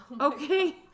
Okay